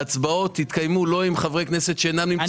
ההצבעות יתקיימו לא עם חברי כנסת שאינם נמצאים.